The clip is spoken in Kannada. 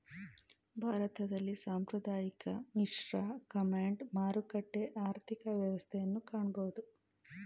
ಭಾರತದಲ್ಲಿ ಸಾಂಪ್ರದಾಯಿಕ, ಮಿಶ್ರ, ಕಮಾಂಡ್, ಮಾರುಕಟ್ಟೆ ಆರ್ಥಿಕ ವ್ಯವಸ್ಥೆಯನ್ನು ಕಾಣಬೋದು